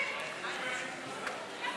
את הצעת חוק שירות